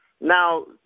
Now